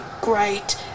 great